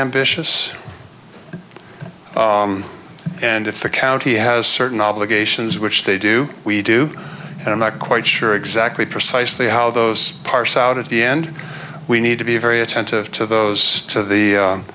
ambitious and if the county has certain obligations which they do we do and i'm not quite sure exactly precisely how those parse out at the end we need to be very attentive to those so the